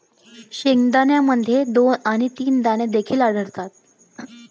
शेंगदाण्यामध्ये दोन आणि तीन दाणे देखील आढळतात